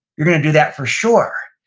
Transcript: you're gonna do that for sure,